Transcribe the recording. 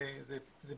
עד 2020 - 17 שנה,